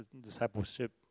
discipleship